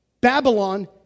Babylon